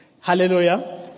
Hallelujah